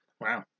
Wow